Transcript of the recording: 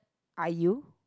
are you